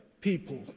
people